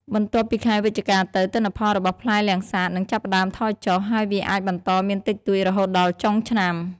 បន្ទាប់ពីខែវិច្ឆិកាទៅ ទិន្នផលរបស់ផ្លែលាំងសាតនឹងចាប់ផ្ដើមថយចុះ ហើយវាអាចបន្តមានតិចតួចរហូតដល់ចុងឆ្នាំ។